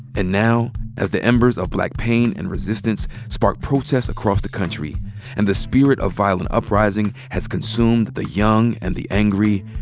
and now as the embers of black pain and resistance spark protest across the country and the spirit of violent uprising has consumed the young and the angry,